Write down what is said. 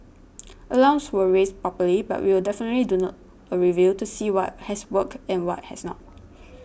alarms were raised properly but we will definitely do not a review to see what has worked and what has not